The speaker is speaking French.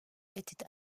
était